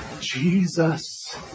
Jesus